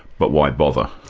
but why bother?